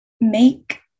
make